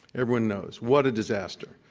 everyone knows, what a disaster.